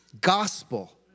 gospel